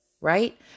Right